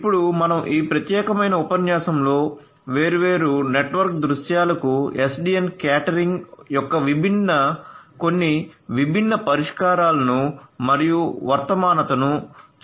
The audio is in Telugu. ఇప్పుడు మనం ఈ ప్రత్యేకమైన ఉపన్యాసంలో వేర్వేరు నెట్వర్క్ దృశ్యాలకు SDN క్యాటరింగ్ యొక్క కొన్ని విభిన్న పరిష్కారాలను మరియు వర్తమానతను చూడబోతున్నాం